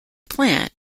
plant